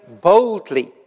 boldly